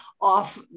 off